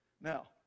Now